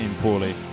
poorly